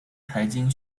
财经